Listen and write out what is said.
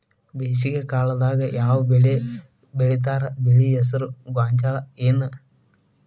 ಬೇಸಿಗೆ ಕಾಲದಾಗ ಯಾವ್ ಬೆಳಿ ಬೆಳಿತಾರ, ಬೆಳಿ ಹೆಸರು ಗೋಂಜಾಳ ಏನ್?